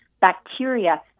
bacteria